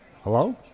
Hello